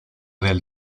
del